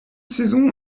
saison